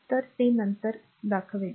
तर ते नंतर दाखवेल